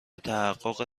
تحقق